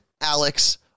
Alex